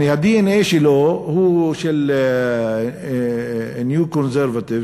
יעני הדנ"א שלו הוא של New Conservative,